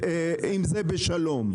עם זה בשלום.